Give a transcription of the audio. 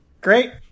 great